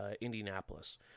Indianapolis